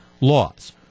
laws